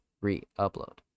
re-upload